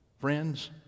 friends